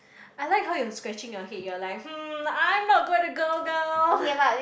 I like how you're scratching your head you're like hmm I'm not going to go girl